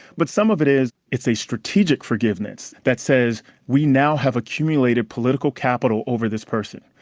but some of it is it's a strategic forgiveness that says we now have accumulated political capital over this person.